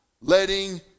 letting